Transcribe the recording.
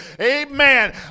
amen